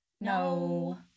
No